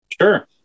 Sure